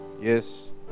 Yes